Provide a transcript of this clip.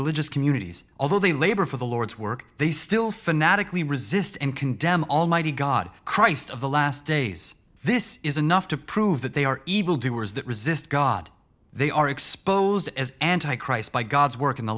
religious communities although they labor for the lord's work they still fanatically resist and condemn almighty god christ of the last days this is enough to prove that they are evil doers that resist god they are exposed as anti christ by god's work in the